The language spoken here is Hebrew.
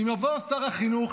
אם יבוא שר החינוך,